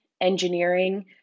engineering